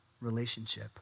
relationship